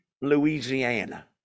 Louisiana